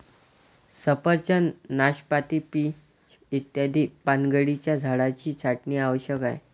सफरचंद, नाशपाती, पीच इत्यादी पानगळीच्या झाडांची छाटणी आवश्यक आहे